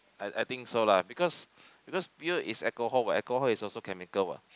I I think so lah because because beer is alcohol what alcohol is also chemical what